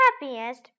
happiest